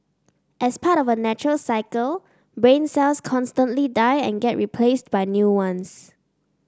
as part of a natural cycle brain cells constantly die and get replaced by new ones